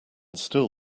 still